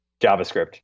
JavaScript